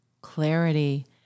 clarity